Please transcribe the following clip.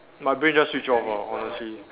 my brain just switch off lor honestly